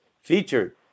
featured